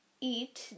eat